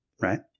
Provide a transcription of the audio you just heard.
Right